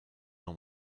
dans